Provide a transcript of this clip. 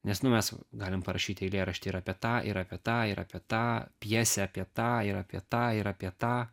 nes nu mes galim parašyti eilėraštį ir apie tą ir apie tą ir apie tą pjesę apie tą ir apie tą ir apie tą